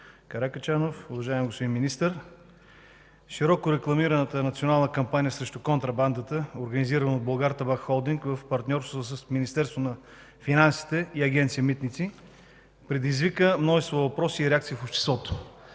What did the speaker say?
Каракачанов. Уважаеми господин Министър, широко рекламираната национална кампания срещу контрабандата, организирана от „Булгартабак холдинг” в партньорство с Министерството на финансите и Агенция „Митници”, предизвика множество въпроси и реакции в обществото.